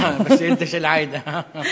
בשאילתה של עאידה.